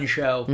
Show